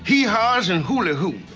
hee-haws and hooly-hoos